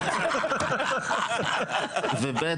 ו-ב',